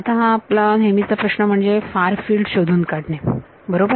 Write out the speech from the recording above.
आता आपला नेहमीचा प्रश्न म्हणजे फार फील्ड शोधून काढणे बरोबर